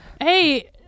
Hey